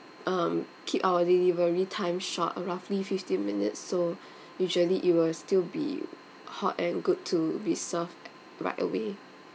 um keep our delivery time short roughly fifteen minutes so usually it will still be hot and good to be served right away